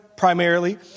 primarily